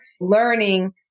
learning